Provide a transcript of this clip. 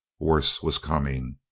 worse was coming.